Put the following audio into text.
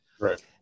Right